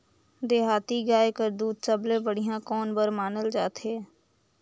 देहाती गाय कर दूध सबले बढ़िया कौन बर मानल जाथे?